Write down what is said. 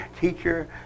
teacher